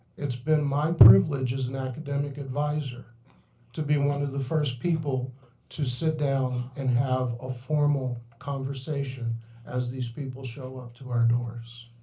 it's been my privilege as an academic advisor to be one of the first people to sit down and have a formal conversation as these people show up to our doors.